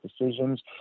decisions